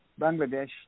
Bangladesh